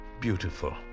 Beautiful